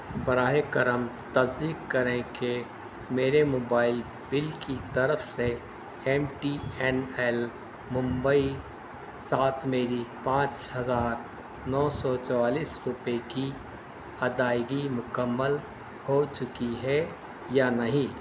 براہ کرم تصدیق کریں کہ میرے موبائل بل کی طرف سے M T N L Mumbai ساتھ میری پانچ ہزار نو سو چوالیس روپے کی ادائیگی مکمل ہو چکی ہے یا نہیں